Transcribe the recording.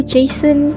Jason